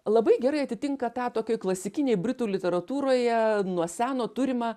labai gerai atitinka tą tokioj klasikinėj britų literatūroje nuo seno turimą